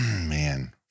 Man